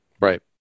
Right